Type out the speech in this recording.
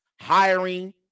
hiring